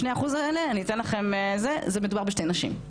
השני אחוז האלה, זה מדובר בשתי נשים.